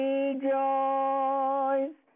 Rejoice